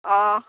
অঁ